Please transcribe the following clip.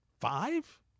Five